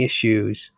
issues